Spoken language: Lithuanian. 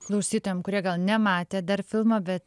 klausytojam kurie gal nematė dar filmo bet